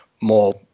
more